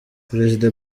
perezida